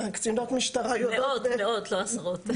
מאות, לא עשרות.